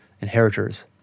inheritors